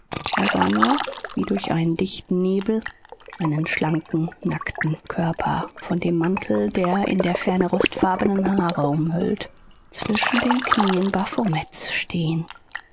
er sah nur wie durch einen dichten nebel einen schlanken nackten körper von dem mantel der in der ferne rostfarbenen haare umhüllt zwischen den knieen baphomets stehen